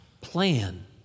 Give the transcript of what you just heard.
plan